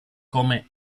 come